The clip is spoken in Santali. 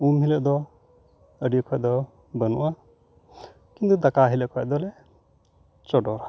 ᱩᱢ ᱦᱤᱞᱳᱹ ᱫᱚ ᱟᱹᱰᱤ ᱚᱠᱚᱡ ᱫᱚ ᱵᱟᱹᱱᱩᱼᱟ ᱠᱤᱱᱛᱩ ᱫᱟᱠᱟ ᱦᱤᱞᱳᱹ ᱠᱷᱚᱱᱟᱜ ᱫᱚᱞᱮ ᱪᱚᱰᱚᱨᱟ